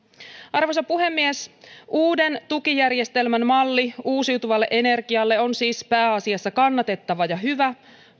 arvoisa puhemies uuden tukijärjestelmän malli uusiutuvalle energialle on siis pääasiassa kannatettava ja hyvä